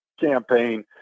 campaign